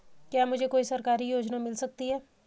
क्या मुझे कोई सरकारी योजना मिल सकती है?